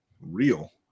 real